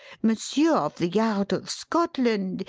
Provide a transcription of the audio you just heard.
monsieur of the yard of scotland,